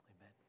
amen